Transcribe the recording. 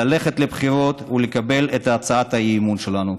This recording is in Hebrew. ללכת לבחירות ולקבל את הצעת האי-אמון שלנו.